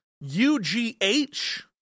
U-G-H